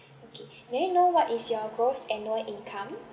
okay may I know what is your gross annual income